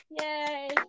Yay